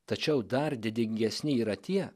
tačiau dar didingesni yra tie